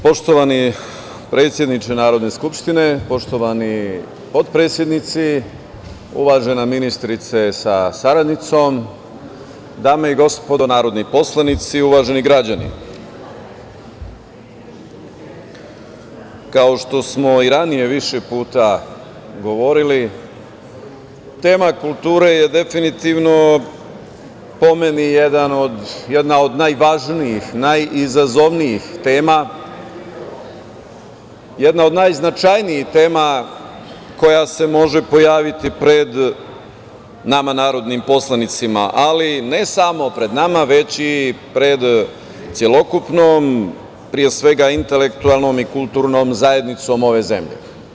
Poštovani predsedniče Narodne skupštine, poštovani potpredsednici, uvažena ministrice sa saradnicom, dame i gospodo narodni poslanici, uvaženi građani, kao što smo i ranije više puta govorili, tema kulture je definitivno po meni jedna od najvažnijih, najizazovnijih tema, jedna od najznačajnijih tema koja se može pojaviti pred nama, narodnim poslanicima, ali ne samo pred nama, već i pred celokupnom pre svega intelektualnom i kulturnom zajednicom ove zemlje.